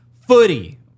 footy